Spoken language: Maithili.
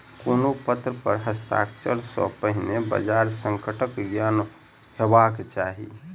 कोनो पत्र पर हस्ताक्षर सॅ पहिने बजार संकटक ज्ञान हेबाक चाही